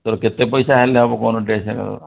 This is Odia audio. ତୋର କେତେ ପଇସା ହେଲେ ହେବ କହୁନୁ ଡ୍ରେସ୍ ହେରିକା ତୋର